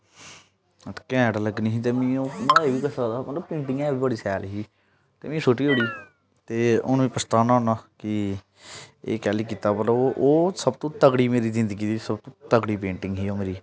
कैंट लग्गनी ही ते मिगी ओह् पैसे बी कमाई सकदा हा पेंटिंग ऐ गै बड़ी शैल ही ते में सुट्टी ओड़ी ते हून पछताना होना कि एह् केह्ली कीता पर ओह् सब तू तगड़ी मेरी जिंदगी दी सब तू तगड़ी पेंटिंग ही ओह्